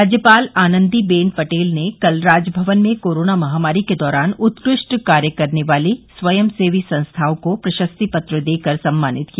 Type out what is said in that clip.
राज्यपाल आनन्दीबेन पटेल ने आज राजभवन में कोरोना महामारी के दौरान उत्कृष्ट कार्य करने वाली स्वयंसेवी संस्थाओं को प्रशस्ति पत्र देकर सम्मानित किया